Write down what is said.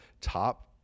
top